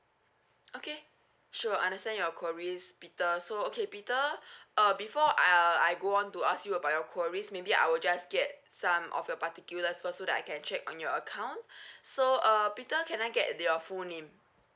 okay sure understand your queries peter so okay peter uh before uh I go on to ask you about your queries maybe I will just get some of your particulars first so that I can check on your account so err peter can I get your full name